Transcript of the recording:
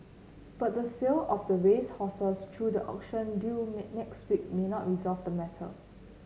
but the sale of the racehorses through the auction due may next week may not resolve the matter